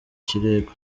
kirego